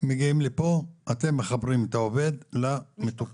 הם מגיעים לפה, אתם מחברים את העובד למטופל,